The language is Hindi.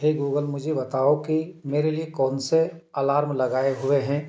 हे गूगल मुझे बताओ कि मेरे लिए कौन से अलार्म लगाए हुए हैं